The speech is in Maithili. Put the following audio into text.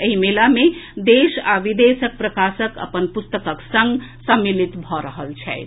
एहि मेला मे देश आ विदेशक प्रकाशक अपन पुस्तकक संग सम्मिलित भऽ रहल छथि